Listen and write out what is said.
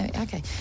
Okay